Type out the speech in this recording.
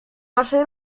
naszej